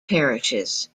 parishes